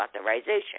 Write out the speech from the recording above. authorization